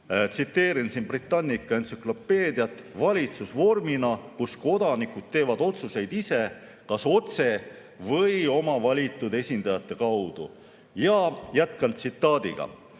Tsiteerin Britannica entsüklopeediat: valitsusvorm, kus kodanikud teevad otsuseid ise kas otse või oma valitud esindajate kaudu. Ja jätkan tsitaadiga.